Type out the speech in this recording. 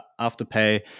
Afterpay